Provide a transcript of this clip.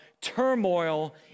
turmoil